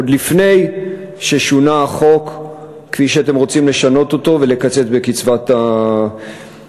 עוד לפני ששונה החוק כפי שאתם רוצים לשנות אותו ולקצץ בקצבת הילדים.